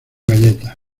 galletas